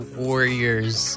warriors